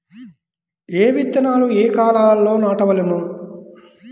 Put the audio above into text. ఏ విత్తనాలు ఏ కాలాలలో నాటవలెను?